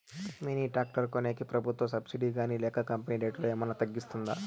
Mini tractor కొనేకి ప్రభుత్వ subsidy గాని లేక కంపెని రేటులో ఏమన్నా తగ్గిస్తుందా?